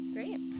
Great